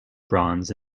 bronze